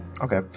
Okay